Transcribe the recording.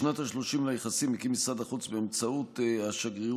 בשנת ה-30 ליחסים הקים משרד החוץ באמצעות השגרירות